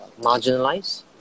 marginalised